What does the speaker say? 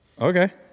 Okay